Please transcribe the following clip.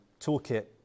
toolkit